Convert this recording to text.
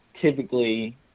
Typically